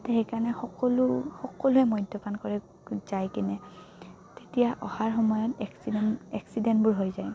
তাতে সেইকাৰণে সকলো সকলোৱে মদ্যপান কৰে যায় কিনে তেতিয়া অহাৰ সময়ত এক্সিডেণ্ট এক্সিডেণ্টবোৰ হৈ যায়